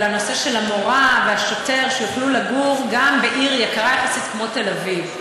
המורה והשוטר שיוכלו לגור גם בעיר יקרה יחסית כמו תל אביב.